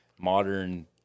Modern